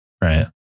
right